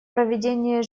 проведение